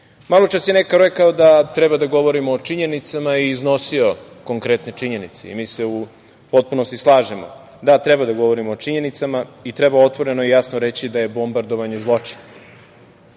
pitanju. Maločas je neko rekao da treba da govorimo o činjenicama i iznosio konkretne činjenice. Mi se u potpunosti slažemo. Da, treba da govorimo o činjenicama i treba otvoreno i jasno reći da je bombardovanje zločin